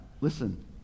listen